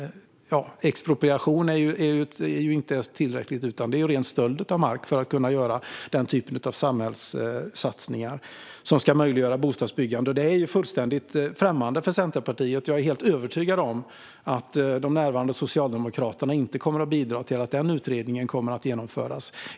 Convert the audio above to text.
Expropriation är inte ett tillräckligt uttryck, utan det är ren och skär stöld av mark för att kunna göra den typen av samhällssatsningar som ska möjliggöra bostadsbyggande. Det här är fullständigt främmande för Centerpartiet, och jag är helt övertygad om att de närvarande socialdemokraterna inte kommer att bidra till att en sådan utredning genomförs.